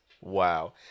wow